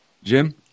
Jim